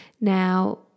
Now